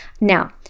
Now